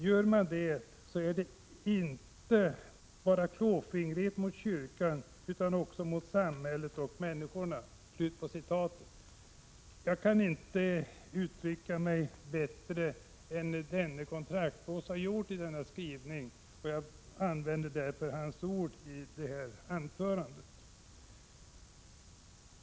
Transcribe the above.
Gör man det så är det inte bara klåfingrighet mot kyrkan utan också mot samhället och människorna.” Jag kan inte uttrycka mig bättre än denne kontraktsprost har gjort, och jag använder därför hans ord i detta anförande.